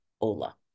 Ola